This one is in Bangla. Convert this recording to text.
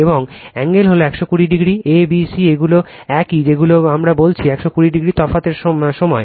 এবং অ্যাংগেল হলো 120 o a b c এগুলি একই যেগুলো আমরা বলেছি 120 o তফাৎ এর সময়